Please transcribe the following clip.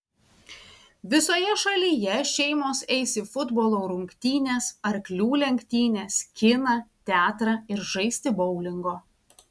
visoje šalyje šeimos eis į futbolo rungtynes arklių lenktynes kiną teatrą ir žaisti boulingo